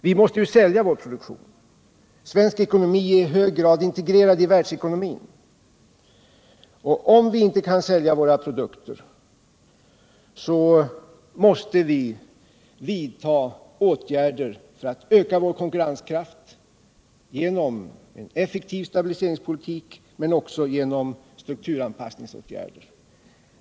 Vi måste sälja vår produktion. Svensk ekonomi är i hög grad integrerad i världsekonomin. Om vi inte kan sälja våra produkter måste vi vidta åtgärder för att öka vår konkurrenskraft genom en effektiv stabiliseringspolitik men också genom strukturanpassningsåtgärder.